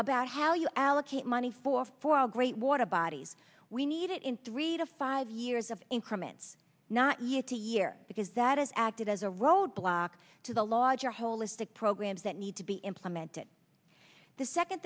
about how you allocate money for four great water bodies we need it in three to five years of increments not year to year because that is acted as a roadblock to the law as your holistic programs that need to be implemented the second